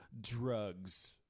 drugs